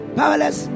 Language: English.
powerless